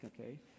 okay